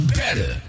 better